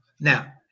Now